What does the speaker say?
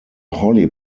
holly